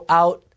out